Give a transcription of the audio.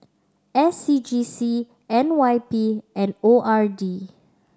S C G C N Y P and O R D